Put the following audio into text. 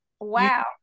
wow